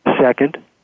Second